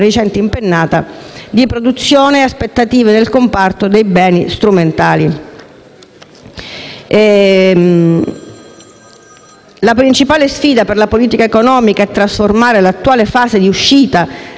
La principale sfida per la politica economica è trasformare l'attuale fase di uscita